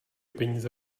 peníze